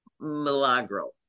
Milagro